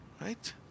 Right